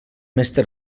mestre